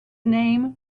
name